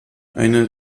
eine